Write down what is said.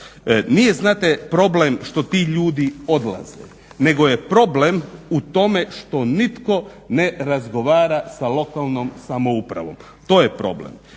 Nije, znate problem što ti ljudi odlaze, nego je problem u tome što nitko ne razgovara sa lokalnom samoupravom, to je problem.